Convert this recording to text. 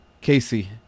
Casey